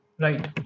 right